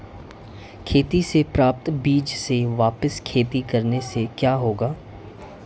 खेती से प्राप्त बीज से वापिस खेती करने से क्या होगा?